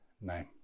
name